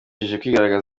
kongera